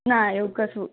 ના એવું કશું